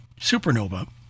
Supernova